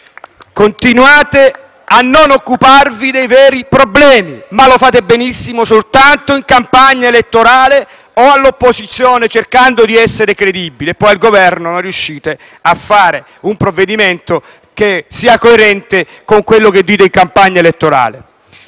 Continuate a non occuparvi dei veri problemi, ma lo fate benissimo soltanto in campagna elettorale o all'opposizione, cercando di essere credibili e poi al Governo non riuscite a fare un provvedimento che sia coerente con quanto dite in campagna elettorale.